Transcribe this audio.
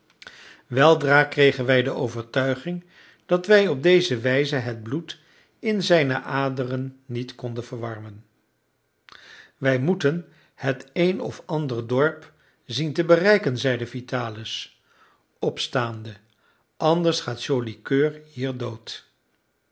weldra kregen wij de overtuiging dat wij op deze wijze het bloed in zijne aderen niet konden verwarmen wij moeten het een of ander dorp zien te bereiken zeide vitalis opstaande anders gaat joli coeur hier dood